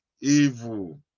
evil